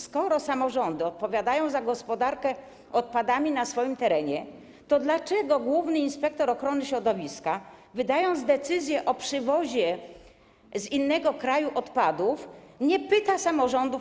Skoro samorządy odpowiadają za gospodarkę odpadami na swoim terenie, to dlaczego główny inspektor ochrony środowiska, wydając decyzję o przywozie odpadów z innego kraju, nie pyta o to samorządów.